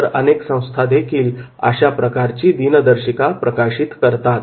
इतर अनेक संस्थादेखील अशा प्रकारची दिनदर्शिका प्रकाशित करतात